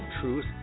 truth